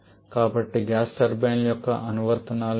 కాబట్టి గ్యాస్ టర్బైన్ల యొక్క అనువర్తనాలు ఏమిటి